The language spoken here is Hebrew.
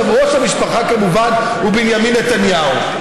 ראש המשפחה כמובן הוא בנימין נתניהו.